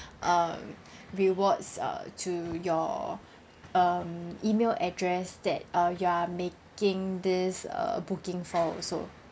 um rewards uh to your um email address that uh you are making this uh booking for also